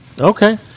Okay